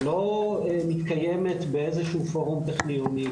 שלא מתקיימת באיזה שהוא פורום טכניוני,